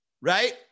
right